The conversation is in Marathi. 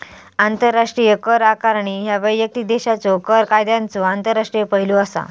आंतरराष्ट्रीय कर आकारणी ह्या वैयक्तिक देशाच्यो कर कायद्यांचो आंतरराष्ट्रीय पैलू असा